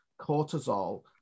cortisol